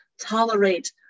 tolerate